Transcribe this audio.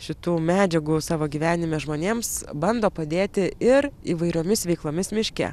šitų medžiagų savo gyvenime žmonėms bando padėti ir įvairiomis veiklomis miške